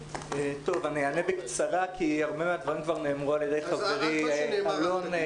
אני אענה בקצרה כי הרבה מהדברים כבר נאמרו על-ידי חברי אלון מסר.